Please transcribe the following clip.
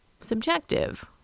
subjective